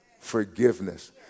Forgiveness